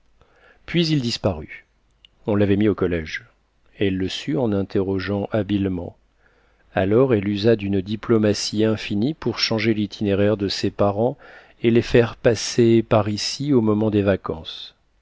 puis il disparut on l'avait mis au collège elle le sut en interrogeant habilement alors elle usa d'une diplomatie infinie pour changer l'itinéraire de ses parents et les faire passer par ici au moment des vacances